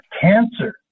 cancer